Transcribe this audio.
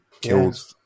killed